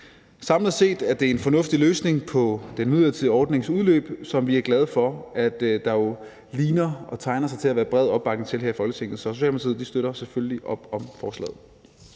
Samlet set er det en fornuftig løsning på den midlertidige ordnings udløb, som vi er glade for at der jo tegner sig til at være bred opbakning til her i Folketinget. Så Socialdemokratiet støtter selvfølgelig op om forslaget.